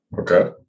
Okay